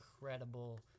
incredible